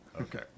Okay